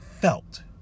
felt